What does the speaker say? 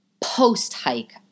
post-hike